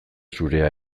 zurea